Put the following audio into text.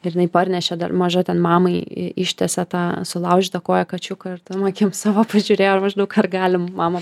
ir jinai parnešė dar maža ten mamai i ištiesė tą sulaužyta koja kačiuką ir tom akim savo pažiūrėjo ir maždaug ar galim mama